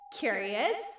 curious